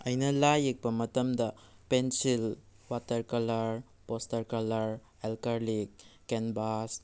ꯑꯩꯅ ꯂꯥꯏ ꯌꯦꯛꯄ ꯃꯇꯝꯗ pencil watercolour poster colour acrylic canvas